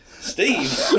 Steve